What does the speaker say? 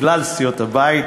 מכלל סיעות הבית,